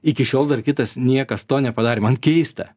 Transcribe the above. iki šiol dar kitas niekas to nepadarė man keista